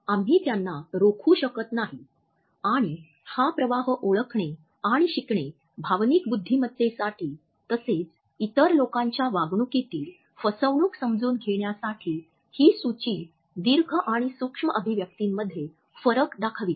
आम्ही त्यांना रोखू शकत नाही आणि हा प्रवाह ओळखणे आणि शिकणे भावनिक बुद्धिमत्तेसाठी तसेच इतर लोकांच्या वागणुकीतील फसवणूक समजून घेण्यासाठी ही सूची दीर्घ आणि सूक्ष्म अभिव्यक्तींमध्ये फरक दाखविते